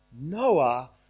Noah